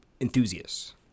enthusiasts